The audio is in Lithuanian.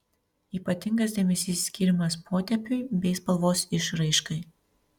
ypatingas dėmesys skiriamas potėpiui bei spalvos išraiškai